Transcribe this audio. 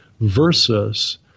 Versus